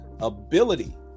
ability